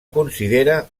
considera